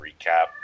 recap